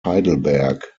heidelberg